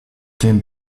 dem